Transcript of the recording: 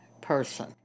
person